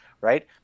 Right